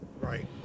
Right